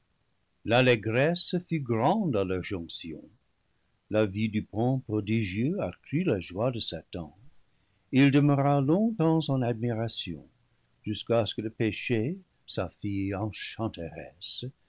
l'allégresse fut grande à leur jonction la vue du pont prodigieux accrut la joie de satan il demeura longtemps en admiration jusqu'à ce que le péché sa fille enchanteresse